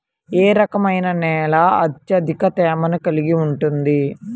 ఏ రకమైన నేల అత్యధిక తేమను కలిగి ఉంటుంది?